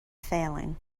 failing